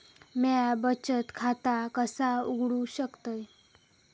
म्या बचत खाता कसा उघडू शकतय?